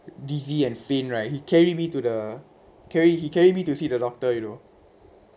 dizzy and faint right he carry me to the carry he carry me to see the doctor you know